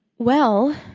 well,